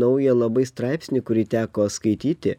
naują labai straipsnį kurį teko skaityti